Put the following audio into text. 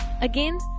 Again